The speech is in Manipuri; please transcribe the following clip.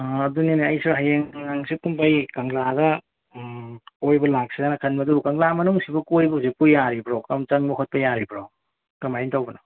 ꯑꯥ ꯑꯗꯨꯅꯤꯅꯦ ꯑꯩꯁꯨ ꯍꯌꯦꯡ ꯍꯥꯡꯆꯤꯠ ꯀꯨꯝꯕ ꯑꯩ ꯀꯪꯂꯥꯗ ꯀꯣꯏꯕ ꯂꯥꯛꯁꯤꯔꯥꯅ ꯈꯟꯕ ꯑꯗꯨꯕꯨ ꯀꯪꯂꯥ ꯃꯅꯨꯡꯁꯤꯕꯨ ꯀꯣꯏꯕ ꯍꯧꯖꯤꯛꯄꯨ ꯌꯥꯔꯤꯕ꯭ꯔꯣ ꯑꯗꯨꯝ ꯆꯪꯕ ꯈꯣꯠꯄ ꯌꯥꯔꯤꯕ꯭ꯔꯣ ꯀꯃꯥꯏꯅ ꯇꯧꯕꯅꯣ